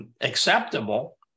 acceptable